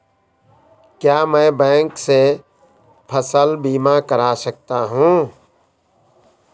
क्या मैं बैंक से फसल बीमा करा सकता हूँ?